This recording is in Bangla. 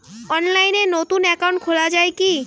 অনলাইনে নতুন একাউন্ট খোলা য়ায় কি?